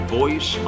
voice